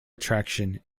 attraction